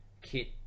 Kit